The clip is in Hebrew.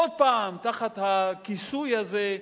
עוד פעם תחת הכיסוי הזה,